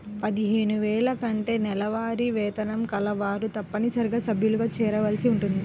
పదిహేను వేల కంటే నెలవారీ వేతనం కలవారు తప్పనిసరిగా సభ్యులుగా చేరవలసి ఉంటుంది